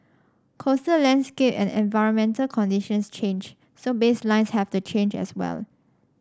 coastal landscape and environmental conditions change so baselines have to change as well